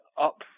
up